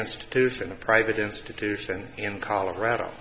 institution a private institution in colorado